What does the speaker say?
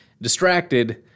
distracted